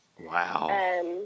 Wow